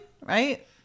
right